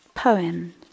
poem